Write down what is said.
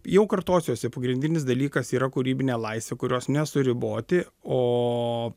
jau kartosiuosi pagrindinis dalykas yra kūrybinė laisvė kurios nesuriboti o